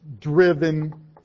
driven